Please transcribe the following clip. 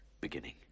beginning